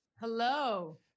Hello